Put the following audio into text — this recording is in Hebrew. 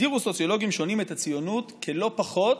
הגדירו סוציולוגים שונים את הציונות כלא פחות